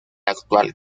actual